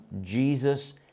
Jesus